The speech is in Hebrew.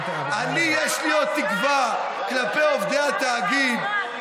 יש לי עוד תקווה כלפי עובדי התאגיד,